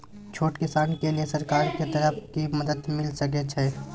छोट किसान के लिए सरकार के तरफ कि मदद मिल सके छै?